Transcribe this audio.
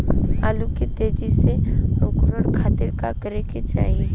आलू के तेजी से अंकूरण खातीर का करे के चाही?